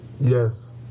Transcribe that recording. Yes